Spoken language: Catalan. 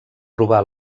robar